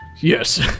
Yes